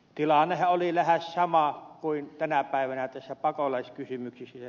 tilannehan oli lähes sama kuin tänä päivänä tässä pakolaiskysymyksessä